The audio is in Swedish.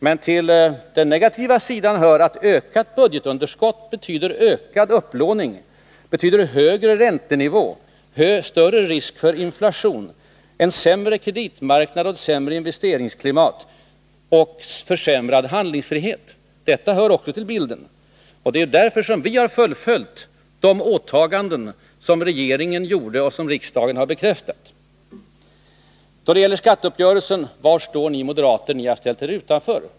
Men till den negativa sidan hör att ökat budgetunderskott betyder ökad upplåning, högre räntenivå, större risk för inflation, en sämre kreditmarknad, ett sämre investeringsklimat och en försämrad handlingsfrihet. Detta hör också till bilden. Det är därför som vi har fullföljt de åtaganden som regeringen gjorde och som riksdagen har bekräftat. Då det gäller skatteuppgörelsen frågade statsministern: Var står ni moderater? Ni har ställt er utanför.